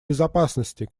безопасности